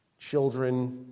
children